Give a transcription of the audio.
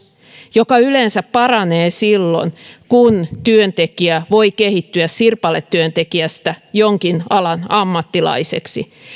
joka yleensä paranee silloin kun työntekijä voi kehittyä sirpaletyöntekijästä jonkin alan ammattilaiseksi